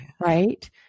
right